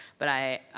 but i